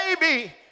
baby